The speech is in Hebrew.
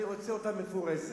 אני רוצה אותה מפורזת.